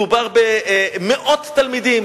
מדובר במאות תלמידים.